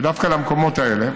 דווקא למקומות האלה,